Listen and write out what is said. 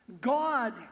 God